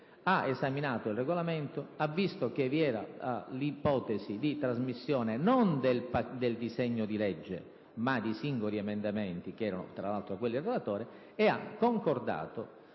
ha esaminato il Regolamento, ha visto che vi era l'ipotesi di trasmissione, non del disegno di legge, ma di singoli emendamenti (quelli del relatore), ed ha concordato,